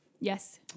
Yes